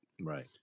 Right